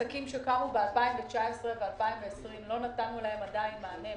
עסקים שקמו ב-2019 ו-2020 לא נתנו להם עדיין מענה.